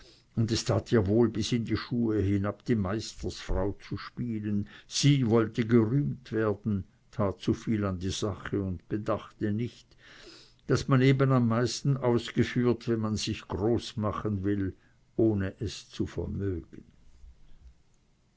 und es tat ihr wohl bis in die schuhe hinab die meisterfrau zu spielen sie wollte gerühmt werden tat zuviel an die sache und bedachte nicht daß man eben am meisten ausgeführt wird wenn man sich groß machen will ohne es zu vermögen